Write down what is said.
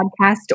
podcast